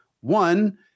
One